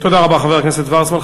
תודה רבה, חבר הכנסת וורצמן.